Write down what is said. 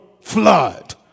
flood